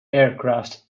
aircraft